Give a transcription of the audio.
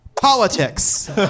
Politics